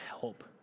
help